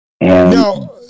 Now